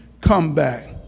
comeback